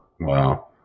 wow